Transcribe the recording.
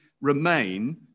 remain